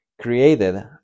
created